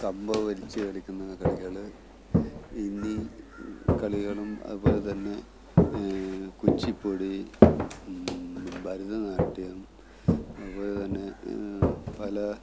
കമ്പ് വലിച്ച് കളിക്കുന്ന കളികൾ എന്നീ കളികളും അതുപോലെ തന്നെ കുച്ചിപ്പുടി ഭരതനാട്യം അതുപോലെ തന്നെ പല